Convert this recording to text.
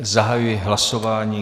Zahajuji hlasování.